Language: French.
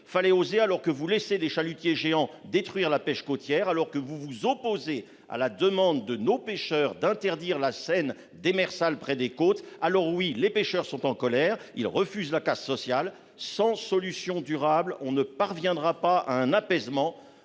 Fallait oser. Alors que vous laissez des chalutiers géants détruire la pêche côtière alors que vous vous opposez à la demande de nos pêcheurs d'interdire la scène des maires salle près des côtes. Alors oui, les pêcheurs sont en colère, ils refusent la casse sociale sans solution durable on ne parviendra pas à un apaisement.